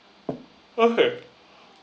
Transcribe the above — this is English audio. okay